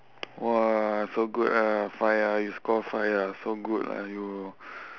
!wah! so good ah five ah you score five ah so good ah you